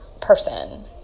person